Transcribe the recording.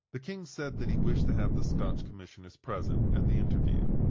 the king said that he wished to have the scotch commissioners present at the interview.